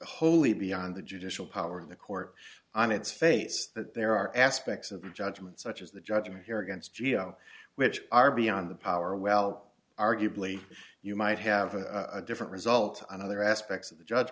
wholly beyond the judicial power of the court on its face that there are aspects of the judgement such as the judgement here against geo which are beyond the power well arguably you might have a different result on other aspects of the judge